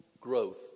growth